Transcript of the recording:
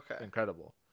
incredible